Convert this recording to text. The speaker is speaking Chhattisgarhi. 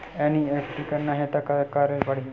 एन.ई.एफ.टी करना हे त का करे ल पड़हि?